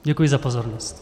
Děkuji za pozornost.